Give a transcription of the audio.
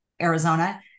Arizona